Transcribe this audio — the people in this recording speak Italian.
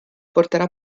porterà